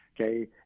Okay